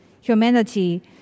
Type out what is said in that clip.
humanity